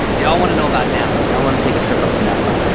they all want to know about napa, they all want to take a trip up to napa.